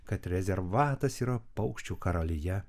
kad rezervatas yra paukščių karalija